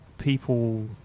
people